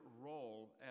role